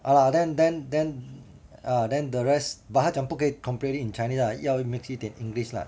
!hanna! then then then err then the rest but 他讲不可以 completely in chinese lah 要 mix 一点 english lah